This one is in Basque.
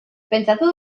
pentsatu